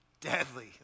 deadly